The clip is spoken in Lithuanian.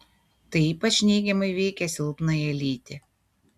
tai ypač neigiamai veikia silpnąją lytį